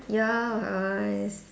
ya I